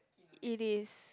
it is